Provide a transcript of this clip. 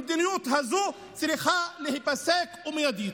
המדיניות הזו צריכה להיפסק ומיידית.